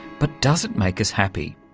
but does it make us happy?